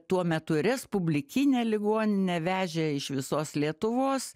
tuo metu respublikinė ligoninė vežė iš visos lietuvos